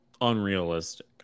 unrealistic